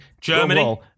Germany